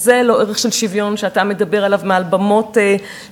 וזה לא ערך של שוויון שאתה מדבר עליו מעל במות שונות.